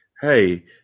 hey